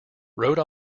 rhode